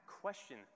question